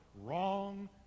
Wrong